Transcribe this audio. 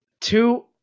Two